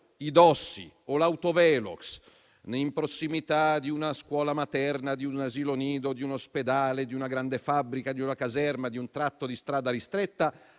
i dossi o l'autovelox in prossimità di una scuola materna, di un asilo nido, di un ospedale, di una grande fabbrica, di una caserma, di un tratto di strada ristretta